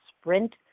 sprint